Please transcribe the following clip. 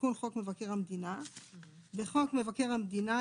תיקון חוק מבקר המדינה בחוק מבקר המדינה,